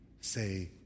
say